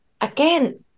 again